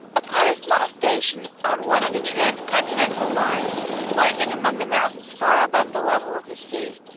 upon a small station on one of the transcontinental lines winding among the mountains far above the level of the sea,